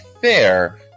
fair